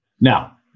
Now